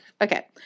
Okay